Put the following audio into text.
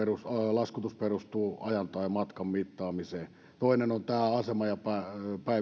laskutus perustuu ajan tai matkan mittaamiseen toinen on tämä asemapaikka